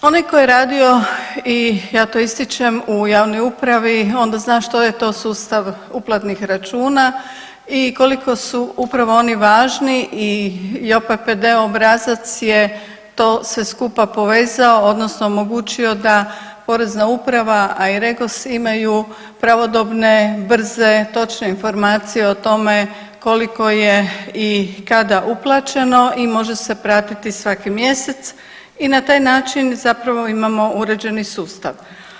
Onaj tko je radio i ja to ističem u javnoj upravi onda zna što je to sustav uplatnih računa i koliko su upravo oni važni i JOPPD obrazac je to sve skupa povezao odnosno omogućio da porezna uprava, a i REGOS imaju pravodobne, brze, točne informacije o tome koliko je i kada uplaćeno i može se pratiti svaki mjesec i na taj način zapravo imamo uređeni sustav.